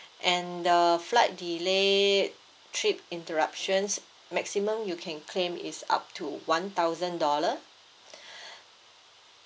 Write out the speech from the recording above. and the flight delay trip interruptions maximum you can claim is up to one thousand dollar